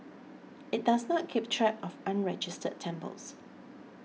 it does not keep track of unregistered temples